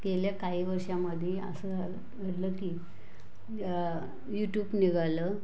गेल्या काही वर्षामध्ये असं घडलं की युटुप निघालं